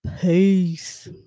peace